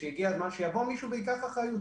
והגיע הזמן שיבוא מישהו וייקח אחריות,